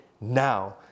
now